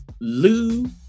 Lou